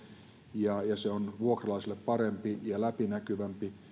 ja se on vuokralaisille parempi ja läpinäkyvämpi